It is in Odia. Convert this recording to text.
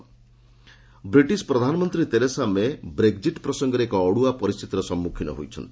ୟୁକେୟୁ ବ୍ରେକ୍ଜିଟ୍ ବ୍ରିଟିଶ ପ୍ରଧାନମନ୍ତ୍ରୀ ତେରେସା ମେ ବ୍ରେକ୍ଜିଟ୍ ପ୍ରସଙ୍ଗରେ ଏକ ଅଡୁଆ ପରିସ୍ଥିତିର ସମ୍ମୁଖୀନ ହୋଇଛନ୍ତି